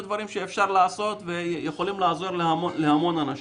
ויכולים לעזור להרבה אנשים.